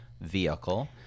Vehicle